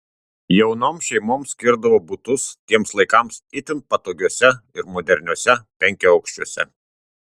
jaunoms šeimoms skirdavo butus tiems laikams itin patogiuose ir moderniuose penkiaaukščiuose